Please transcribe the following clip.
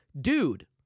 dude